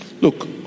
Look